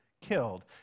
killed